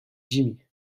jimmy